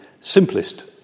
simplest